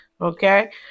Okay